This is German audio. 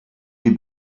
die